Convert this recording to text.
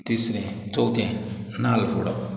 तिसरें चवथें नाल्ल फोडप